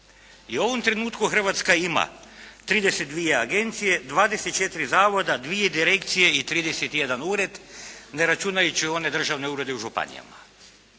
u ovom trenutku Hrvatska ima 32 agencije, 24 zavoda, 2 direkcije i 31 ured ne računajući one državne urede u županijama.